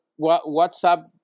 whatsapp